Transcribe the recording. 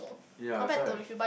ya is right